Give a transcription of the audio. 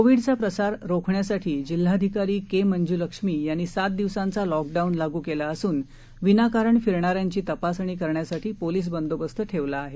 Covid चा प्रसार रोखण्यासाठी जिल्हाधिकारी के मंजुलक्ष्मी यांनी सात दिवसांचा लॉकडाऊन लागू केला असून विनाकारण फिरणाऱ्यांची तपासणी करण्यासाठी पोलीस बंदोबस्त ठेवला आहे